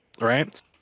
right